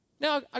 Now